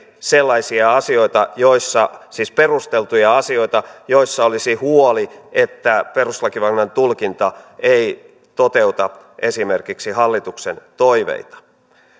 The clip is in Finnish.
sellaisia asioita siis perusteltuja asioita joissa olisi huoli että perustuslakivaliokunnan tulkinta ei toteuta esimerkiksi hallituksen toiveita